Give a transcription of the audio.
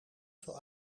veel